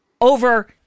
over